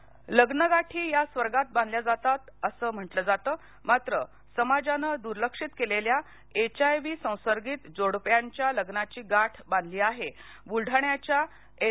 voice cast लग्नगाठी या स्वर्गात बांधल्या जातात असं म्हटलं जातं मात्र समाजानं दुर्लक्षित केलेल्या एचआयव्ही संसर्गित जोडप्यांच्या लग्नाची गाठ बांधली आहे बुलडाण्याच्या एन